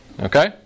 Okay